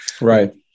Right